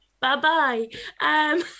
Bye-bye